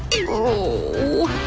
oooh.